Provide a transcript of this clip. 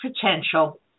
potential